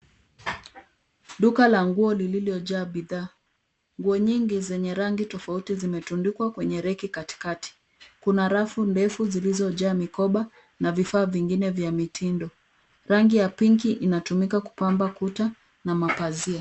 Duka la nguo lililojaa bidhaa. Nguo nyingi zenye rangi tofauti zimetundikwa kwenye reki katikati. Kuna rafu ndefu zilizojaa mikoba na vifaa vingine vya mitindo. Rangi ya pinki inatumika kupamba kuta na mapazia.